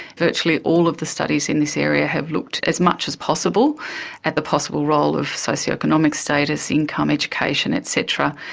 virtually all of the studies in this area have looked as much as possible at the possible role of socio-economic status, income, education et cetera.